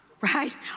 right